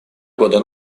года